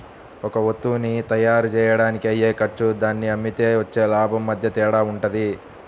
ఒక వత్తువుని తయ్యారుజెయ్యడానికి అయ్యే ఖర్చు దాన్ని అమ్మితే వచ్చే లాభం మధ్య తేడా వుంటది